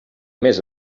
més